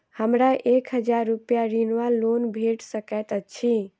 हमरा एक हजार रूपया ऋण वा लोन भेट सकैत अछि?